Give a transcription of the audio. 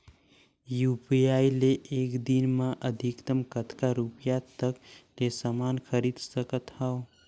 UPI ले एक दिन म अधिकतम कतका रुपिया तक ले समान खरीद सकत हवं?